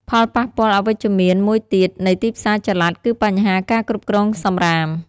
ផលប៉ះពាល់អវិជ្ជមានមួយទៀតនៃទីផ្សារចល័តគឺបញ្ហាការគ្រប់គ្រងសំរាម។